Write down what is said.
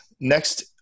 next